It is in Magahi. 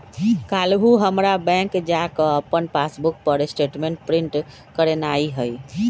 काल्हू हमरा बैंक जा कऽ अप्पन पासबुक पर स्टेटमेंट प्रिंट करेनाइ हइ